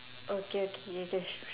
okay okay K K